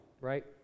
right